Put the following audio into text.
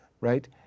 right